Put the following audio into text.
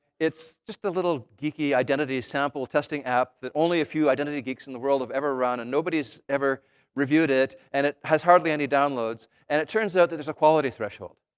it's just a little geeky identity sample testing app that only a few identity geeks in the world have ever run. and nobody has ever reviewed it. and it has hardly any downloads. and it turns out that there's a quality threshold.